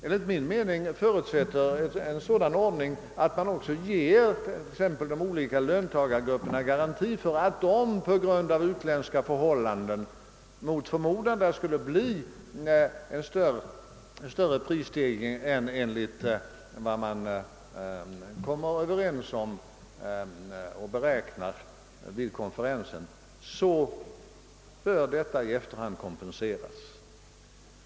Enligt min mening förutsätter en sådan ordning att man ger t.ex. de olika löntagargrupperna garanti för att om det mot förmodan på grund av utländska förhållanden inträffar en större prisstegring än vad man räknat med vid konferensen, så kompenseras detta i efterhand.